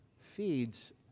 feeds